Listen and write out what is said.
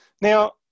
now